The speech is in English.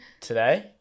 today